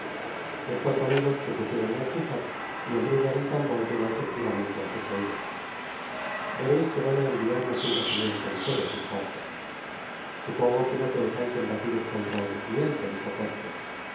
los cuatro amigos se pusieron á escuchar y el ruido del tambor llegó efectivamente á sus oidos vereis que van á enviarnos un regimiento entero dijo athos supongo que no pensais en batiros contra un rejimiento dijo porthos y